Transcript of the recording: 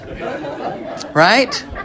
Right